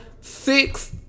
six